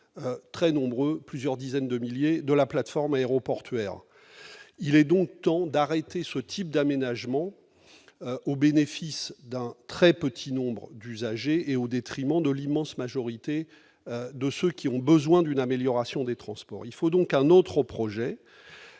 très nombreux- plusieurs dizaines de milliers -de la plateforme aéroportuaire. Il est temps d'arrêter ce type d'aménagement qui ne bénéficie qu'à un très petit nombre d'usagers au détriment de l'immense majorité de ceux qui ont besoin d'une amélioration des transports. Il faut un autre projet